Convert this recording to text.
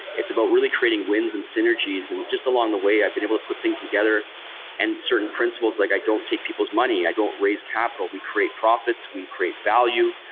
it's about really creating winds and synergies and just along the way i've been able to put things together and certain principles, like i don't take people's money. i don't raise capital. we create profits, we create value.